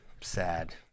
sad